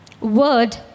word